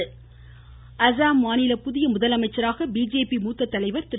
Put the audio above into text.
அசாம் அசாம் மாநில புதிய முதலமைச்சராக பிஜேபி மூத்த தலைவர் திரு